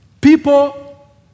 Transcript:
People